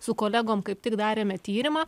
su kolegom kaip tik darėme tyrimą